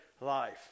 life